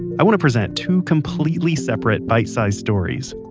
i want to present two completely separate bite-sized stories.